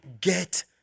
get